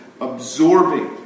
absorbing